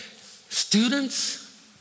Students